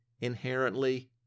inherently